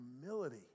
humility